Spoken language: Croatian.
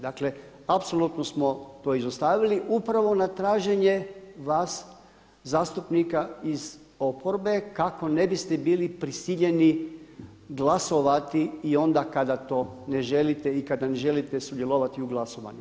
Dakle apsolutno smo to izostavili upravo na traženje vas zastupnika iz oporbe kako ne biste bili prisiljeni glasovati i onda kada to ne želite i kada ne želite sudjelovati u glasovanju.